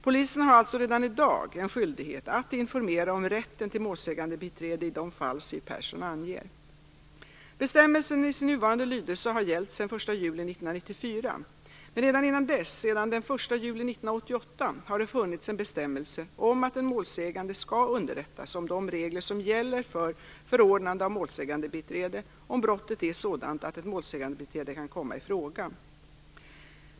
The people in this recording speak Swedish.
Polisen har alltså redan i dag en skyldighet att informera om rätten till målsägandebiträde i de fall Bestämmelsen har i nuvarande lydelse gällt sedan den 1 juni 1994. Redan innan dess, sedan den 1 juli 1988, har det funnits en bestämmelse om att en målsägande skall underrättas om de regler som gäller för förordnande av målsägandebiträde om brottet är sådant att ett målsägandebiträde kan komma i fråga.